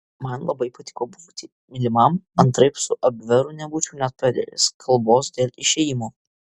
man labai patiko būti mylimam antraip su abveru nebūčiau net pradėjęs kalbos dėl išėjimo